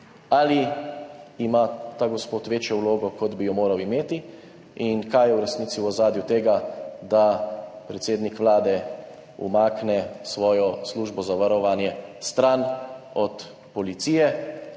ali ima ta gospod večjo vlogo, kot bi jo moral imeti, in kaj je v resnici v ozadju tega, da predsednik Vlade umakne svojo službo za varovanje stran od policije.